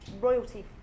royalty